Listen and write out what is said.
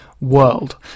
world